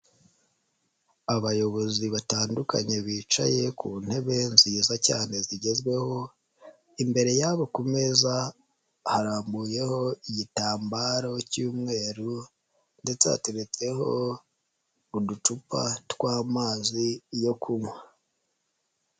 Abayobozi batandukanye bicaye ku ntebe nziza cyane zigezweho, imbere yabo ku meza harambuyeho igitambaro cy'umweru ndetse hateretseho uducupa tw'amazi yo kunywa.